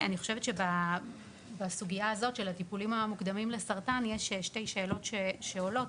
אני חושבת שבסוגיה הזו של הטיפולים המוקדמים לסרטן יש שתי שאלות שעולות,